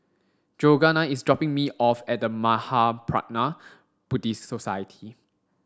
Georganna is dropping me off at The Mahaprajna Buddhist Society